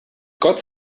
gott